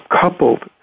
Coupled